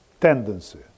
tendency